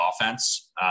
offense